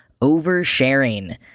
Oversharing